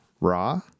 raw